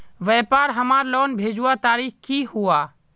व्यापार हमार लोन भेजुआ तारीख को हुआ?